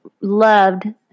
loved